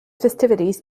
festivities